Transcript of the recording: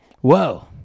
whoa